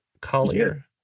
Collier